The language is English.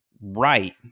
right